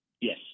Yes